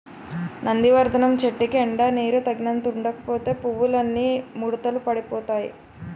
నందివర్థనం చెట్టుకి ఎండా నీరూ తగినంత ఉండకపోతే పువ్వులన్నీ ముడతలు పడిపోతాయ్